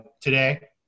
today